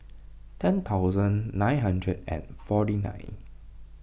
ten thousand nine hundred and forty nine